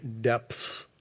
depths